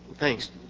Thanks